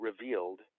revealed